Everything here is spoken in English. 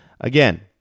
again